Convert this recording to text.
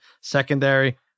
secondary